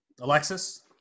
Alexis